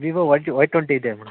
Vivo ವೈಜ್ Y twenty ಇದೆ madam